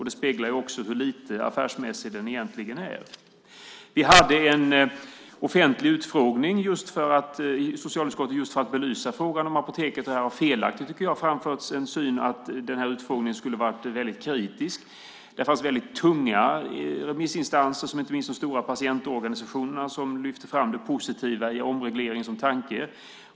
Det speglar hur lite affärsmässig den är. Vi hade en offentlig utfrågning i socialutskottet för att belysa frågan om Apoteket. Här har felaktigt framförts en syn att utfrågningen var mycket kritisk. Det fanns tunga remissinstanser, inte minst de stora patientorganisationerna, som lyfte fram det positiva i omreglering som tanke.